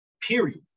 period